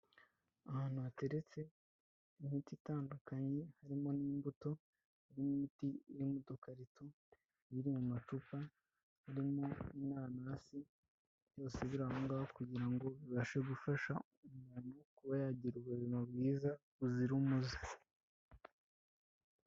Ahantu hateretse imiti itandukanye, harimo n'imbuto hari n'imiti iri mu dukarito iri mu macupa, harimo n'inanasi byose biri aho ngaho kugira ngo bibashe gufasha umuntu kuba yagira ubuzima bwiza buzira umuze.